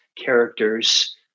characters